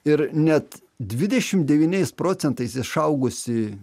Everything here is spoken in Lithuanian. ir net dvidešim devyniais procentais išaugusi